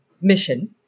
mission